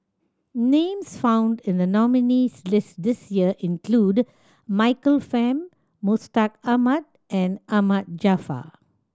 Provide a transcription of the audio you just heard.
names found in the nominees' list this year include Michael Fam Mustaq Ahmad and Ahmad Jaafar